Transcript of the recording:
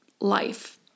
life